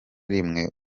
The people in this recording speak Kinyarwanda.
rimwe